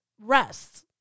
rest